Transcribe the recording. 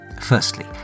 Firstly